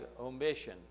omission